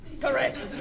correct